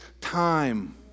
time